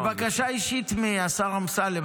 זו בקשה אישית מהשר אמסלם.